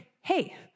Hey